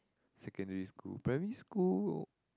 secondary school primary school